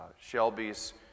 Shelby's